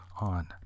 on